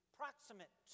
proximate